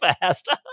fast